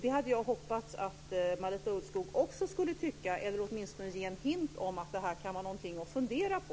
Det hade jag hoppats att Marita Ulvskog också skulle tycka, eller åtminstone ge en hint om att det här kan vara någonting att fundera på.